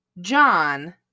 John